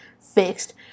fixed